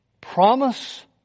promise